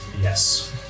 Yes